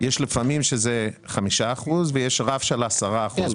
יש לפעמים שזה חמישה אחוזים ויש רף של 10 אחוזים.